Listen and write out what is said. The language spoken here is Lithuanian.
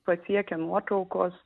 pasiekia nuotraukos